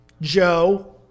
Joe